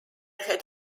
had